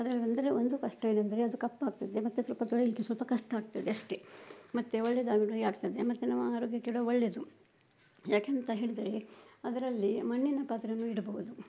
ಅದರಲ್ಲಿ ಬಂದರೆ ಒಂದು ಕಷ್ಟ ಏನೆಂದ್ರೆ ಅದು ಕಪ್ಪಾಗ್ತದೆ ಮತ್ತೆ ಸ್ವಲ್ಪ ತೊಳೆಯಲಿಕ್ಕೆ ಸ್ವಲ್ಪ ಕಷ್ಟ ಆಗ್ತದೆ ಅಷ್ಟೆ ಮತ್ತೆ ಒಳ್ಳೆದಾಗು ಡ್ರೈ ಆಗ್ತದೆ ಮತ್ತೆ ನಮ್ಮ ಆರೋಗ್ಯಕ್ಕೆ ಕೂಡ ಒಳ್ಳೆಯದು ಯಾಕೇಂತ ಹೇಳಿದರೆ ಅದರಲ್ಲಿ ಮಣ್ಣಿನ ಪಾತ್ರೆಯೂ ಇಡಬಹುದು